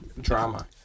drama